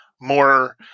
more